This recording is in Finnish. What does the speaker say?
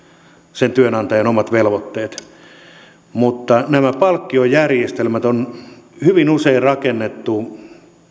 sen työnantajan omat velvoitteet mutta nämä palkkiojärjestelmät on hyvin usein rakennettu